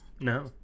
No